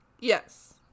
Yes